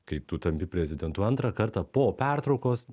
kai tu tampi prezidentu antrą kartą po pertraukos